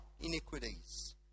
iniquities